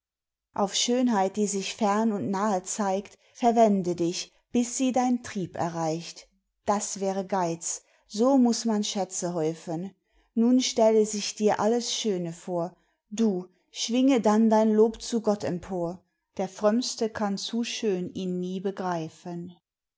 auf schönheit die sich fern und nahe zeigt verwende dich bis sie dein trieb erreicht das wäre geiz so muß man schätze häufen nun stelle sich dir alles schöne vor du schwinge dann dein lob zu gott empor der frömmste kann zu schön ihn nie begreifen